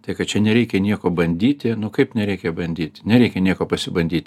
tai kad čia nereikia nieko bandyti nu kaip nereikia bandyti nereikia nieko pasibandyti